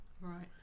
Right